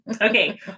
okay